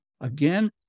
again